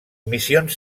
missions